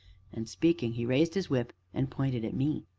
and speaking, he raised his whip and pointed at me.